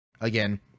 again